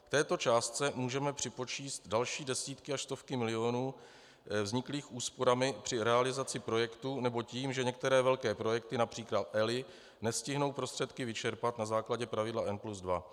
K této částce můžeme připočíst další desítky až stovky milionů vzniklých úsporami při realizaci projektu, nebo tím, že některé velké projekty, například ELI, nestihnou prostředky vyčerpat na základě pravidla N + 2.